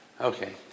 Okay